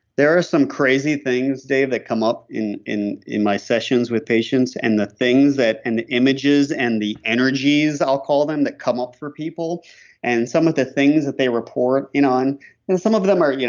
there are some crazy things, dave, that come up in in in my sessions with patients and the things and the images and the energies, i'll call them, that come up for people and some of the things that they report in on and some of them are, you know